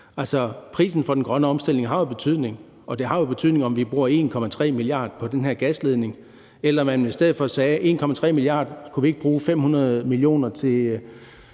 prisen for den grønne omstilling har jo betydning, og det har jo betydning, om vi bruger 1,3 mia. kr. på den her gasledning, eller man i stedet for sagde i forhold til de 1,3 mia. kr.: Skulle vi ikke bruge 500 mio. kr. til